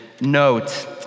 note